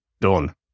done